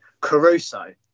Caruso